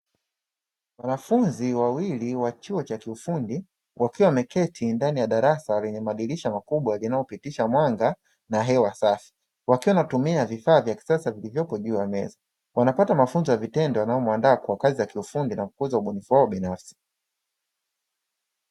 Wanafunzi wawili wa chuo cha kiufundi wakiwa wameketi ndani ya darasa lenye madirisha makubwa inayopitisha mwanga na hewa safi, wakiwa wanatumia vifaa vya kisasa vilivyopo juu ya meza wanapata mafunzo ya vitendo yanayomwandaa kwa kazi ya kiufundi na kukuza ubunifu wao binafsi.